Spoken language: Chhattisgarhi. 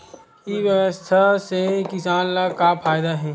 ई व्यवसाय से किसान ला का फ़ायदा हे?